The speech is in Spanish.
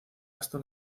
basta